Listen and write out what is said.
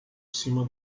cima